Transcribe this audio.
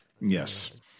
Yes